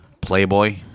Playboy